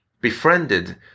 befriended